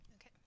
Okay